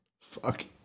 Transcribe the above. Fuck